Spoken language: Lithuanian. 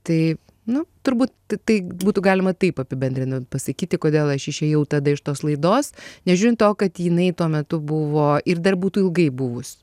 tai nu turbūt t tai būtų galima taip apibendrinant pasakyti kodėl aš išėjau tada iš tos laidos nežiūrint to kad jinai tuo metu buvo ir dar būtų ilgai buvus